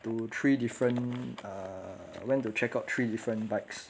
to three different uh I went to check out three different bikes